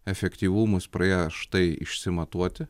efektyvumus prieš tai išsimatuoti